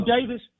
Davis